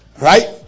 Right